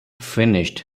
finished